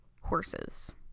horses